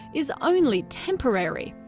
is only temporary.